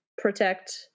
protect